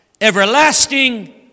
Everlasting